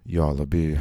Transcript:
jo labai